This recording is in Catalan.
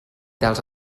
dels